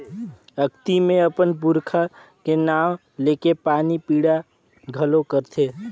अक्ती मे अपन पूरखा के नांव लेके पानी पिंडा घलो करथे